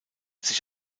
sich